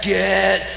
get